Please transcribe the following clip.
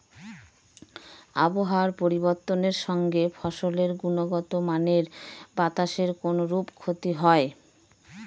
আবহাওয়ার পরিবর্তনের সঙ্গে ফসলের গুণগতমানের বাতাসের কোনরূপ ক্ষতি হয়?